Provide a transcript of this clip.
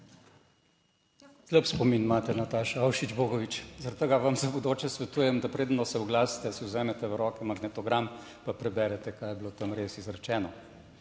Slab spomin imate, Nataša Avšič Bogovič. Zaradi tega vam za v bodoče svetujem, da preden se oglasite, si vzamete v roke magnetogram, pa preberete kaj je bilo tam res izrečeno.